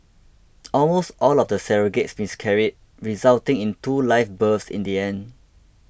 almost all of the surrogates miscarried resulting in two live births in the end